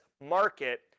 market